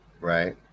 right